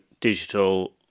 digital